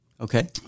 Okay